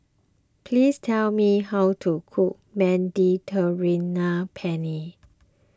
please tell me how to cook Mediterranean Penne